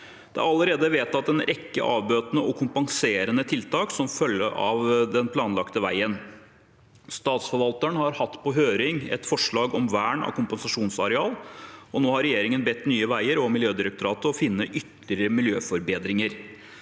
Det er allerede vedtatt en rekke avbøtende og kompenserende tiltak som følge av den planlagte veien. Statsforvalteren har hatt på høring et forslag om vern av kompensasjonsareal, og nå har regjeringen bedt Nye veier og Miljødirektoratet om å finne ytterligere miljøforbedringer.